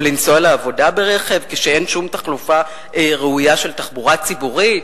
או לנסוע לעבודה ברכב כשאין שום חלופה ראויה של תחבורה ציבורית?